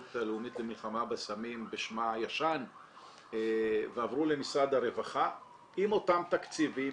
הלאומית למלחמה בסמים בשמה הישן ועברו למשרד הרווחה עם אותם תקציבים,